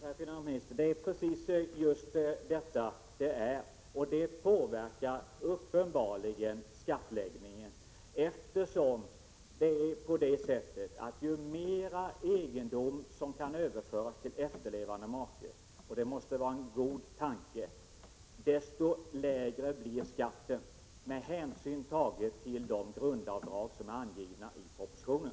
Fru talman! Men, herr finansminister, det är precis vad det är. Det påverkar uppenbarligen skattläggningen, eftersom ju mera egendom som kan överföras till efterlevande make — och det måste vara en god tanke — desto lägre blir skatten, med hänsyn tagen till de grundavdrag som är angivna i propositionen.